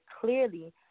clearly